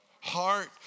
heart